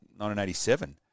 1987